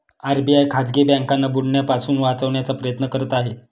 RBI खाजगी बँकांना बुडण्यापासून वाचवण्याचा प्रयत्न करत आहे